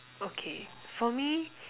okay for me